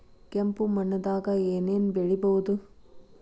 ಕೆಂಪು ಮಣ್ಣದಾಗ ಏನ್ ಏನ್ ಬೆಳಿಬೊದು?